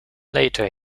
later